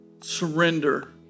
surrender